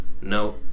no